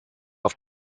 auf